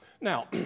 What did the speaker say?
Now